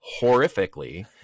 horrifically